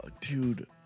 dude